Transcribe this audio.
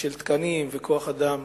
תקנים וכוח-אדם.